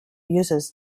uses